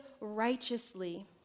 righteously